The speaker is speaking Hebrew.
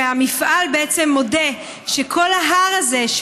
והמפעל בעצם מודה שכל ההר הזה,